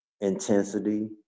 intensity